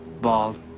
Bald